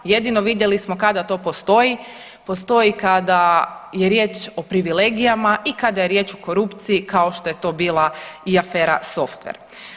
Jedino vidjeli smo kada to postoji, postoji kada je riječ o privilegijama i kada je riječ o korupciji kao što je to bila i afera Softver.